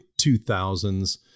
2000s